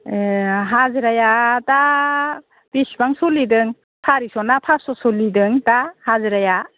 हाजिराया दा बिसबांसलिदों सारिस' ना फास्स' सलिदों दा हाजिराया